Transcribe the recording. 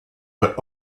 but